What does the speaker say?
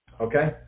okay